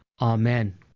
amen